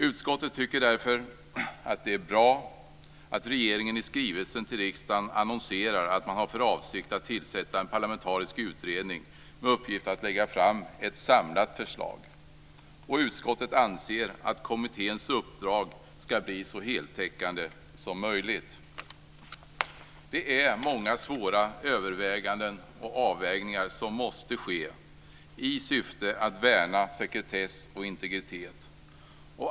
Utskottet tycker därför att det är bra att regeringen i skrivelsen till riksdagen annonserar att man har för avsikt att tillsätta en parlamentarisk utredning med uppgift att lägga fram ett samlat förslag. Utskottet anser att kommitténs uppdrag ska bli så heltäckande som möjligt. Det är många svåra överväganden och avvägningar som måste ske i syfte att värna sekretess och integritet.